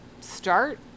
start